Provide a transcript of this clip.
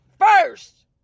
first